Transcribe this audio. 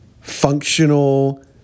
functional